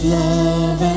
love